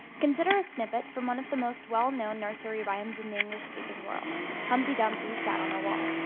consider a snippet from one of the most well-known nursery rhymes in the english-speaking world humpty dumpty sat on a wall,